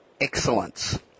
excellence